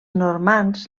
normands